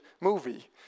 movie